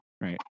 Right